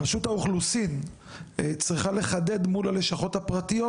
רשות האוכלוסין צריכה לחדד מול הלשכות הפרטיות,